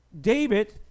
david